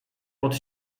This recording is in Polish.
pod